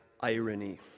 irony